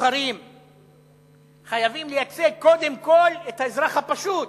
בוחרים חייבים לייצג קודם כול את האזרח הפשוט,